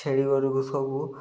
ଛେଳି ବେଳକୁ ସବୁ